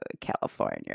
California